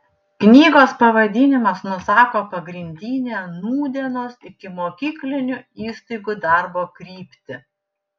knygos pavadinimas nusako pagrindinę nūdienos ikimokyklinių įstaigų darbo kryptį